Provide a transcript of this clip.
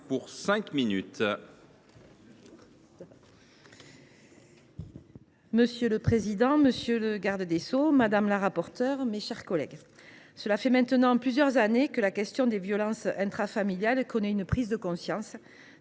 Monsieur le président, monsieur le garde des sceaux, mes chers collègues, cela fait maintenant plusieurs années que la question des violences intrafamiliales est l’objet d’une prise de conscience